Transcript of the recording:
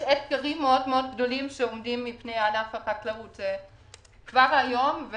יש אתגרים גדולים מאוד שעומדים בפני ענף החקלאות כבר היום,